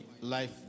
life